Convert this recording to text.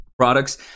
products